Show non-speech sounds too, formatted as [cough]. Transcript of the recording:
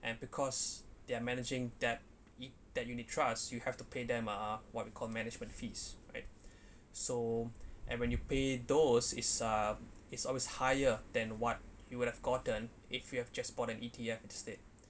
and because they're managing that it that unit trusts you have to pay them uh what we call management fees right [breath] so and when you pay those is uh is always higher than what you would have gotten if you have just bought an E_T_F instead